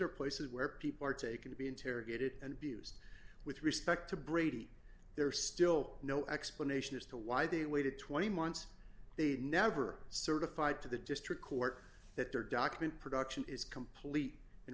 are places where people are taken to be interrogated and be used with respect to brady there's still no explanation as to why they waited twenty months they never certified to the district court that their document production is complete in